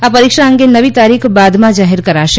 આ પરિક્ષા અંગે નવી તારીખ બાદમાં જાહેર કરશે